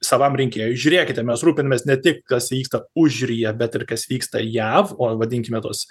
savam rinkėjui žiūrėkite mes rūpinamės ne tik kas vyksta užjūryje bet ir kas vyksta jav o vadinkime tuos